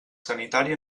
sanitari